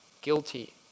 guilty